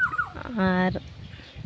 ᱟᱨ